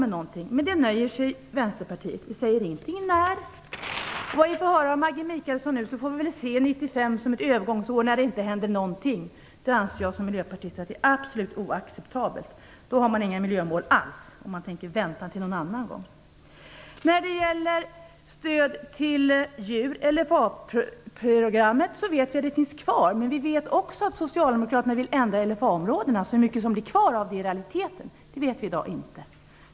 Med det nöjer sig Vänsterpartiet. Man säger ingenting när. Enligt vad vi får höra från Maggi Mikaelsson får vi väl se 1995 som ett övergångsår då det inte händer någonting. Det anser vi i Miljöpartiet är absolut oacceptabelt. Då har man inga miljömål alls om man tänker vänta till någon annan gång. Vi vet att stöd till djur eller miljöprogrammet finns kvar, men vi vet också att Socialdemokraterna vill ändra LFA-områdena. Hur mycket som i realiteten blir kvar vet vi i dag inte.